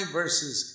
verses